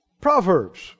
Proverbs